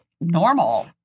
normal